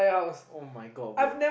[oh]-my-god bro